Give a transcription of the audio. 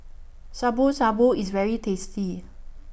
Shabu Shabu IS very tasty